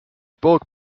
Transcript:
burg